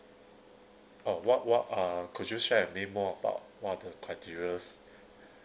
oh what what are could you share with me more about what are the criteria's